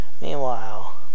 Meanwhile